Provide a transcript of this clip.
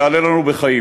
יעלה לנו בחיים.